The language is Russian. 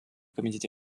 комитете